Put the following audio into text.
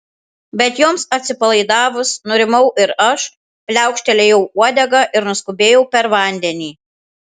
bet joms atsipalaidavus nurimau ir aš pliaukštelėjau uodega ir nuskubėjau per vandenį